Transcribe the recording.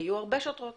היו הרבה שוטרות